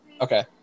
okay